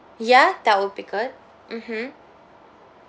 ya that would be good mmhmm